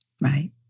right